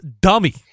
dummy